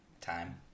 time